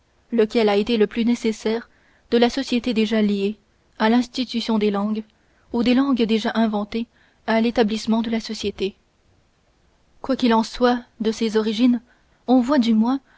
lequel a été le plus nécessaire de la société déjà liée à l'institution des langues ou des langues déjà inventées à l'établissement de la société quoi qu'il en soit de ces origines on voit du moins